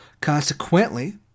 Consequently